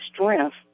strength